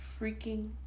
freaking